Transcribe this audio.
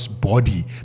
body